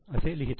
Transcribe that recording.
असे लिहितो आहे